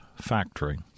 factory